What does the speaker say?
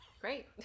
Great